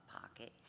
pocket